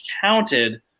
counted